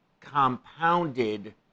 compounded